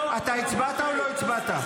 אתה הצבעת או לא הצבעת?